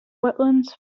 wetlands